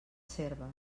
serves